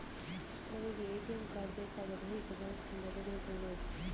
ನಮಗೆ ATM card ಬೇಕಾದ್ರೆ ಹೇಗೆ ಬ್ಯಾಂಕ್ ನಿಂದ ತೆಗೆದುಕೊಳ್ಳುವುದು?